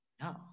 No